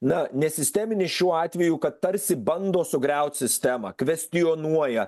na nesisteminis šiuo atveju kad tarsi bando sugriaut sistemą kvestionuoja